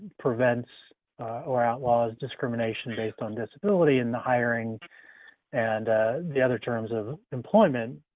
prevents or outlaws discrimination based on disability in the hiring and the other terms of employment.